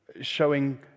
showing